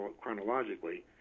chronologically